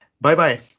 Bye-bye